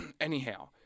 anyhow